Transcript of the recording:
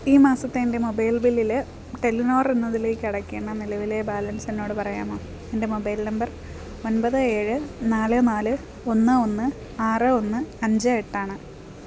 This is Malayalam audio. ഈ മാസത്തെ എന്റെ മൊബൈൽ ബില്ലിൽ ടെല്ലിനോർ എന്നതിലേക്ക് അടയ്ക്കേണ്ട നിലവിലേ ബാലൻസ് എന്നോട് പറയാമോ എന്റെ മൊബൈൽ നമ്പർ ഒൻപത് ഏഴ് നാല് നാല് ഒന്ന് ഒന്ന് ആറ് ഒന്ന് അഞ്ച് എട്ട് ആണ്